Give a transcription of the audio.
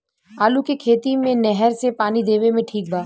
आलू के खेती मे नहर से पानी देवे मे ठीक बा?